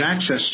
access